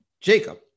Jacob